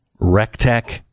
Rectech